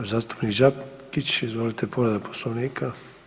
Zastupnik Đakić, izvolite povreda Poslovnika.